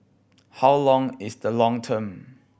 how long is the long term